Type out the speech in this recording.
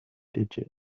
digit